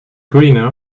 greener